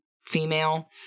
female